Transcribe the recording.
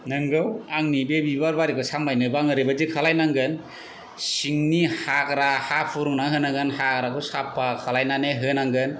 नंगौ आंनि बे बिबार बारिखौ सामलायनोबा आं ओरैबायदि खालायनांगोन सिंनि हाग्रा हा फुरुंना होनांगोन हाग्राखौ साफा खालायनानै होनांगोन